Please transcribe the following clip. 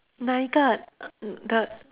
哪一个 the